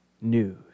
news